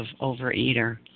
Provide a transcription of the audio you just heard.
overeater